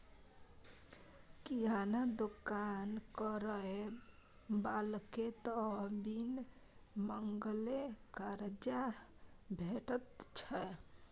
किराना दोकान करय बलाकेँ त बिन मांगले करजा भेटैत छै